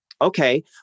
Okay